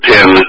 Ten